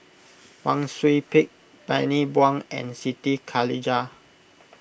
Wang Sui Pick Bani Buang and Siti Khalijah